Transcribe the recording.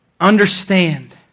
Understand